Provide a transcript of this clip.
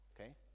okay